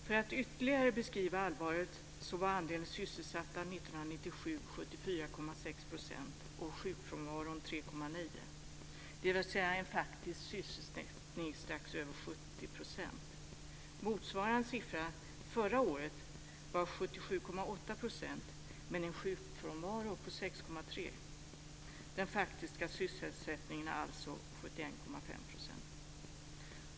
För att ytterligare beskriva allvaret var andelen sysselsatta 1997 74,6 % och sjukfrånvaron 3,9 %, dvs. en faktisk sysselsättning strax över 70 %. Motsvarande siffra förra året var 77,8 % med en sjukfrånvaro på 6,3 %. Den faktiska sysselsättningen var alltså 71,5 %.